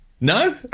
No